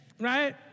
right